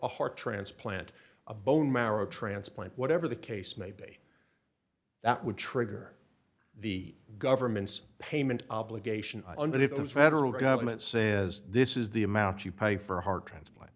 a heart transplant a bone marrow transplant whatever the case may be that would trigger the government's payment obligation under if the federal government says this is the amount you pay for a heart transplant